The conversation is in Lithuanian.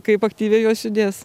kaip aktyviai jos judės